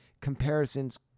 comparisons